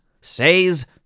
says